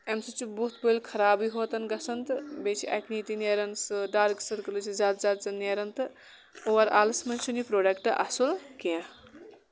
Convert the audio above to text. اَمہِ سۭتۍ چھُ بُتھ بٔلۍ خرابٕے یوت گژھان تہٕ بیٚیہِ چھِ ایٚکنی تہِ نیران سُہ ڈارٕک سٔرکٕلٕز چھِ زیادٕ زیادٕ زَن نیران تہٕ اور آلس منٛز چھُ نہٕ یہِ برۄڈکٹ اَصٕل کیٚنٛہہ